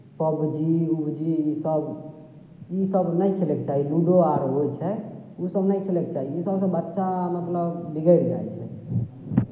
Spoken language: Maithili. पब जी उबजी इसभ इसभ नहि खेलयके चाही लूडो आर होइ छै इसभ नहि खेलयके चाही इसभसँ बच्चा मतलब बिगड़ि जाइ छै